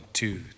two